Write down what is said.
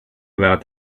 about